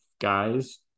guys